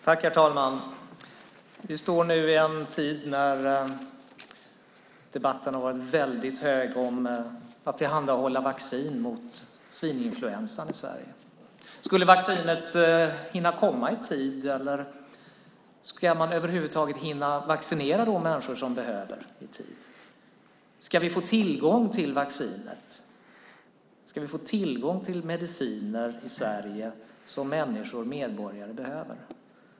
Herr talman! Vi är inne i en tid när debatten om att tillhandahålla vaccin mot svininfluensan är livlig. Hinner vaccinet komma i tid? Kommer man att i tid hinna vaccinera människor som behöver det? Ska vi få tillgång till vaccinet? Ska vi i Sverige få tillgång till mediciner som människor, medborgare, behöver?